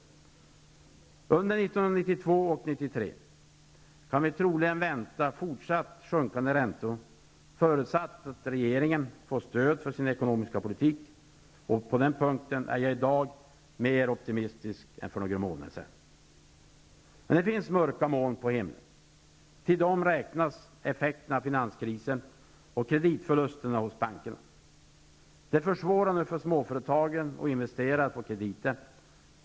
Under 1992 och 1993 kan vi troligen vänta fortsatt sjunkande räntor, förutsatt att regeringen får stöd för sin ekonomiska politik. På den punkten är jag i dag mer optimistisk än för några månader sedan. Det finns emellertid mörka moln på himlen. Till dessa räknas effekterna av finanskrisen och kreditförlusterna hos bankerna. Det försvårar nu för småföretag och investerare att få krediter.